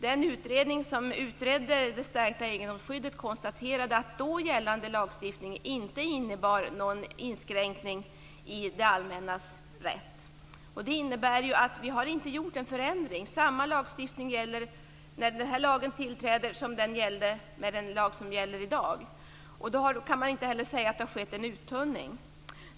Den utredning som utredde det stärkta egendomsskyddet konstaterade att då gällande lagstiftning inte innebar någon inskränkning i det allmännas rätt. Det innebär att vi inte har gjort någon förändring. Samma sak gäller när denna lag träder i kraft som i dag. Då kan man inte heller säga att det har skett en uttunning.